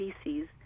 species